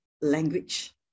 language